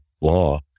law